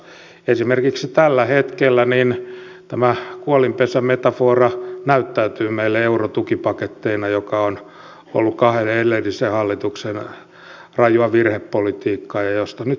esimerkiksi tällä hetkellä tämä kuolinpesämetafora näyttäytyy meille eurotukipaketteina mikä on ollut kahden edellisen hallituksen rajua virhepolitiikkaa mistä nyt sitten kuolinpesässä kärsimme